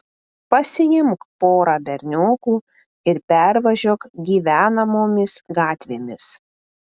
pasiimk porą berniokų ir pervažiuok gyvenamomis gatvėmis